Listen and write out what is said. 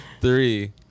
Three